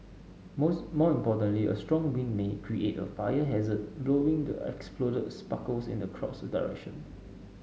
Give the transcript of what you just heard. most more importantly a strong wind may create a fire hazard blowing the exploded sparkles in the crowd's direction